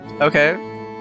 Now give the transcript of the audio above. Okay